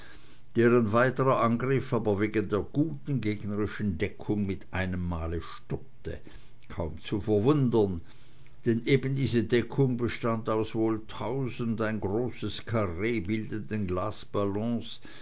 weiterer angriff aber wegen der guten gegnerischen deckung mit einem male stoppte kaum zu verwundern denn eben diese deckung bestand aus wohl tausend ein großes karree bildenden